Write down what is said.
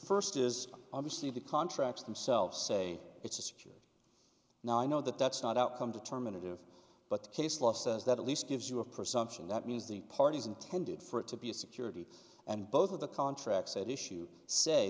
first is obviously the contracts themselves say it's a security now i know that that's not outcome determinative but the case law says that at least gives you a presumption that means the parties intended for it to be security and both of the contracts at issue say